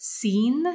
seen